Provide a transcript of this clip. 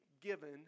given